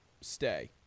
Stay